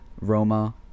Roma